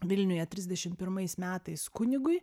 vilniuje trisdešim pirmais metais kunigui